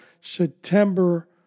September